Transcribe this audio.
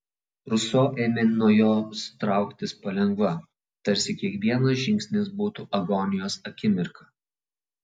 ruso ėmė nuo jos trauktis palengva tarsi kiekvienas žingsnis būtų agonijos akimirka